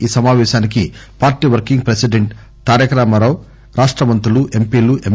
ఈ సమావేశానికి party working president Taraka Rama Rao రాష్ట మంత్రులు ఎంపీలు ఎమ్